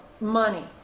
money